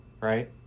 right